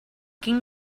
quin